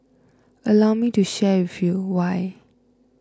allow me to share with you why